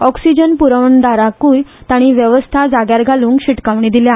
ऑक्सिजन प्रवणदाराक्य तार्णी वेवस्था जाग्यार घालूंक शिटकावणी दिल्या